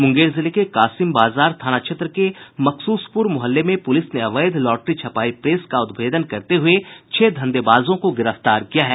मुंगेर जिले के कासिम बाजार थाना क्षेत्र के मकसूसपुर मुहल्ले में पुलिस ने अवैध लॉटरी छपाई प्रेस का उद्भेदन करते हुये छह धंधेबाजों को गिरफ्तार किया गया